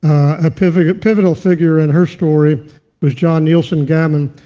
ah pivotal pivotal figure in her story was john nielsen-gammon,